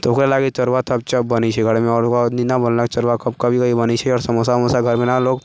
तऽ ओकरा लागि तरुआ तोप चोप बनबै छै घरमे आओर नीना बोलऽ चलऽ कभी कभी बनै छै आओर समोसा उमोसा घरमे ने लोग